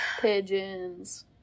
pigeons